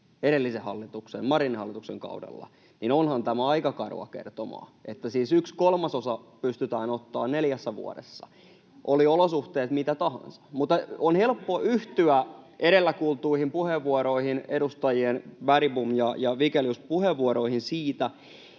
edellisen hallituksen, Marinin hallituksen, kaudella, niin onhan tämä aika karua kertomaa, että siis yksi kolmasosa pystytään ottamaan neljässä vuodessa, olivat olosuhteet mitä tahansa. Mutta on helppo yhtyä edellä kuultuihin puheenvuoroihin, edustajien Bergbom ja Vigelius puheenvuoroihin, siitä,